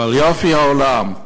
או על יפי העולם.